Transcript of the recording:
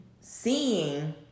seeing